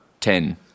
ten